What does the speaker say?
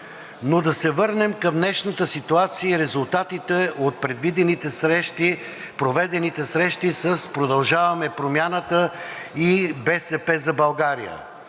Но да се върнем към днешната ситуация и резултатите от предвидените срещи, проведените срещи с „Продължаваме Промяната“ и „БСП за България“.